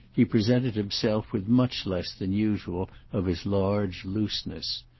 he presented himself with much less than usual of his large looseness.